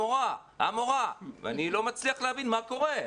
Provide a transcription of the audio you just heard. המורה, המורה", ואני לא מצליח להבין מה קורה.